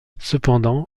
cependant